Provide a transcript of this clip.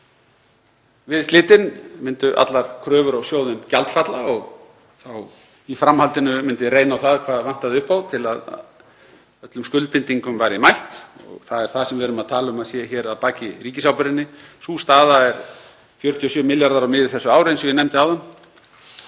Við slitin myndu allar kröfur á sjóðinn gjaldfalla og þá í framhaldinu myndi reyna á það hvað vantaði upp á til að öllum skuldbindingum væri mætt og það er það sem við erum að tala um að sé hér að baki ríkisábyrgðinni. Sú staða er 47 milljarðar á miðju þessu ári, eins og ég nefndi áðan,